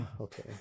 okay